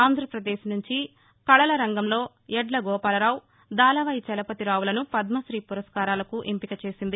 ఆంధ్రపదేశ్ నుంచి కళల రంగంలో యడ్ల గోపాలరావు దలవాయి చలపతిరావులను పద్మశ్రీ పురస్కారాలకు ఎంపిక చేసింది